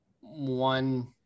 one –